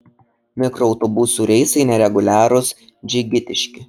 mikroautobusų reisai nereguliarūs džigitiški